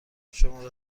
شماره